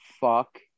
Fuck